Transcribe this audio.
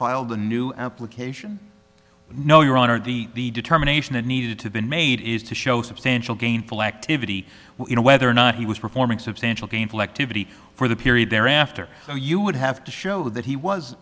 filed a new application no your honor the the determination that needed to be made is to show substantial gainful activity well you know whether or not he was performing substantial gainful activity for the period thereafter you would have to show that he was